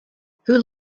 who